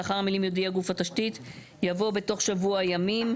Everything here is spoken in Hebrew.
לאחר המילים "יודיע גוף התשתית" יבוא "בתוך שבוע ימים".